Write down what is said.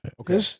Okay